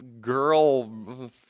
girl